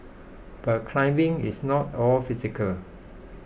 but climbing is not all physical